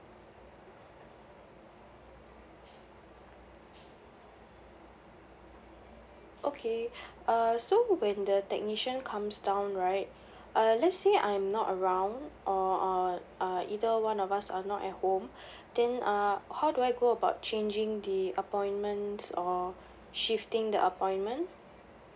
okay uh so when the technician comes down right uh let's say I'm not around or uh uh either one of us are not at home then uh how do I go about changing the appointments or shifting the appointment